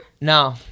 No